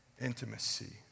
intimacy